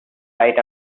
right